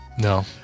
No